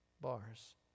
bars